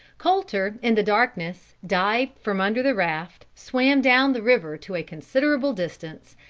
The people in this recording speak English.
colter, in the darkness, dived from under the raft, swam down the river to a considerable distance,